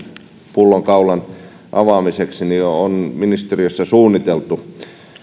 pullonkaulan avaamiseksi on ministeriössä suunniteltu